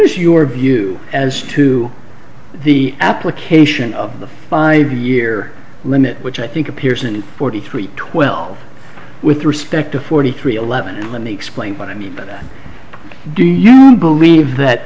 is your view as to the application of the five year limit which i think appears in forty three twelve with respect to forty three eleven and let me explain what i mean by that do you believe that